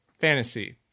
fantasy